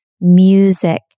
music